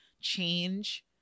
change